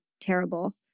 Terrible